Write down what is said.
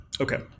Okay